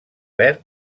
verb